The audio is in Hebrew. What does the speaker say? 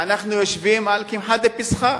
אנחנו יושבים על קמחא דפסחא.